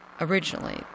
originally